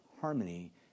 harmony